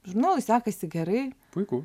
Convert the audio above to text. žurnalui sekasi gerai puiku